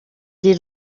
iri